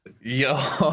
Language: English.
yo